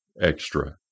extra